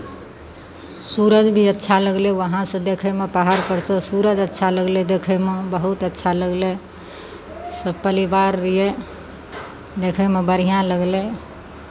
सूरज भी अच्छा लगलै वहाँसँ देखयमे पहाड़पर सँ सूरज अच्छा लगलै देखयमे बहुत अच्छा लगलै सभ परिवार रहियै देखयमे बढ़िआँ लगलै